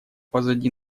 позади